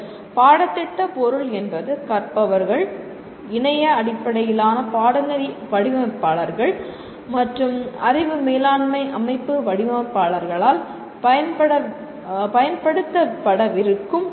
பாடத்திட்ட பொருள் என்பது கற்பவர்கள் இணைய அடிப்படையிலான பாடநெறி வடிவமைப்பாளர்கள் மற்றும் அறிவு மேலாண்மை அமைப்பு வடிவமைப்பாளர்களால் பயன்படுத்தப்படவிருக்கும் பொருள்